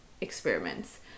experiments